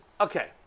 okay